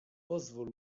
pozwól